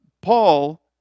Paul